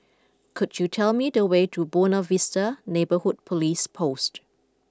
could you tell me the way to Buona Vista Neighbourhood Police Post